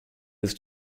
was